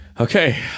okay